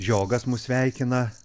žiogas mus sveikina